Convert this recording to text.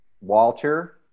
Walter